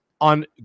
on